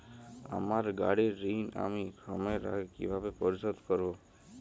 আমার গাড়ির ঋণ আমি সময়ের আগে কিভাবে পরিশোধ করবো?